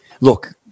Look